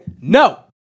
no